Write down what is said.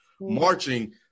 marching